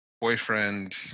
boyfriend